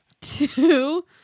two